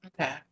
Okay